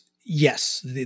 yes